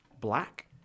Black